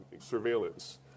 surveillance